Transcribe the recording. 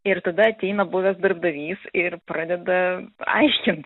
ir tada ateina buvęs darbdavys ir pradeda aiškint